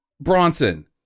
Bronson